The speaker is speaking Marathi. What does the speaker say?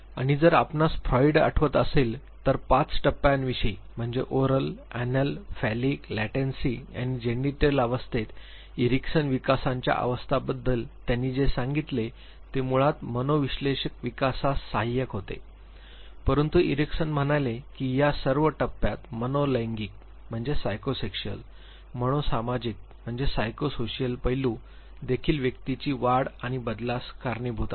आणि जर आपणास फ्रॉइड आठवत असेल तर ५ टप्प्यांविषयी म्हणजे ओरल अनल फॅलीक लॅटेन्सी आणि जेनिटल अवस्थेत इरिकसन विकासाच्या अवस्थांबद्दल त्यांनी जे सांगितले ते मुळात मनोविश्लेषक विकासास साय्हाय्यक होते परंतु एरिकसन म्हणाले की या सर्व टप्प्यात मनो लैंगिक सायकोसेक्शुअल तसेच मनो सामाजिक सायको सोशिअल पैलू देखील व्यक्तीची वाढ आणि बदलास कारणीभूत आहेत